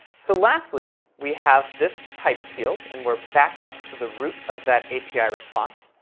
so lastly, we have this types field and we're back up to the root of that api response.